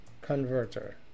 Converter